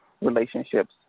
relationships